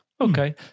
Okay